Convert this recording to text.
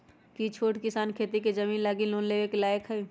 कि छोट किसान खेती के जमीन लागी लोन लेवे के लायक हई?